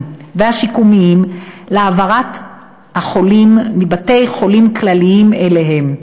השיקומיים להעברת החולים מבתי-חולים כלליים אליהם.